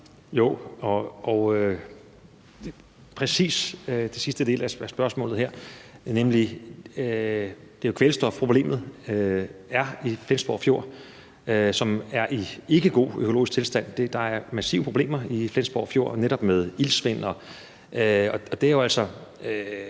Jo, og til præcis den sidste del af spørgsmålet her vil jeg sige, at kvælstofproblemet jo er i Flensborg Fjord, som ikke er i god økologisk tilstand. Der er massive problemer i Flensborg Fjord med netop iltsvind, og det er jo altså